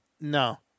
No